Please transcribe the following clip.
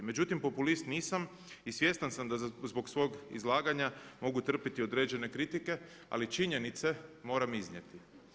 Međutim populist nisam i svjestan sam da zbog svog izlaganja mogu trpiti određene kritike, ali činjenice moram iznijeti.